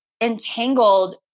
entangled